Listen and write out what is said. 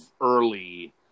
early